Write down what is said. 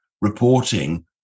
reporting